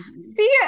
See